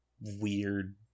weird